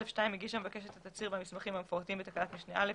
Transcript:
(א2)הגיש המבקש את התצהיר והמסמכים המפורטים בתקנת משנה (א),